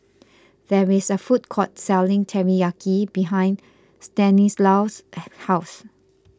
there is a food court selling Teriyaki behind Stanislaus' house